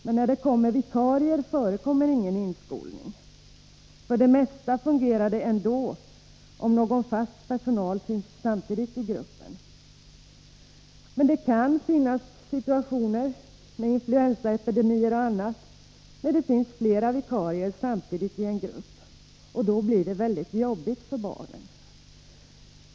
Men när man satt in vikarier förekommer ingen inskolning. För det mesta fungerar det ändå, särskilt om någon från den fasta personalen finns med i gruppen. Men det kan ju på grund av influensaepidemier och annat uppkomma situationer när det finns flera vikarier samtidigt i en grupp. Då blir det väldigt jobbigt för barnen.